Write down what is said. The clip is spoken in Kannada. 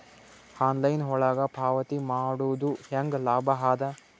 ಆನ್ಲೈನ್ ಒಳಗ ಪಾವತಿ ಮಾಡುದು ಹ್ಯಾಂಗ ಲಾಭ ಆದ?